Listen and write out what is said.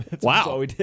wow